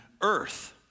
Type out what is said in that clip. earth